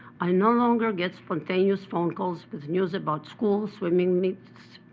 i no longer get spontaneous phone calls with news about schools, swimming meets,